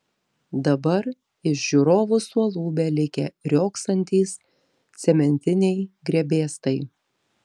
dabar iš žiūrovų suolų belikę riogsantys cementiniai grebėstai